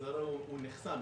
הוא נחסם,